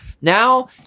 Now